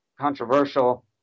controversial